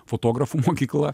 fotografų mokykla